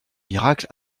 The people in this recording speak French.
miracle